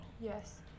yes